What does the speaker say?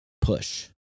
push